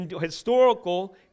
historical